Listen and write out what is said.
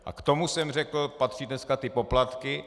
A k tomu, jak jsem řekl, patří dnes ty poplatky.